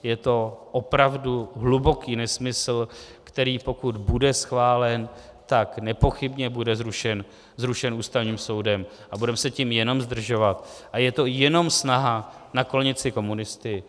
Je to opravdu hluboký nesmysl, který pokud bude schválen, tak nepochybně bude zrušen Ústavním soudem a budeme se tím jenom zdržovat a je to jenom snaha naklonit si komunisty.